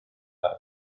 arfer